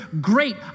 great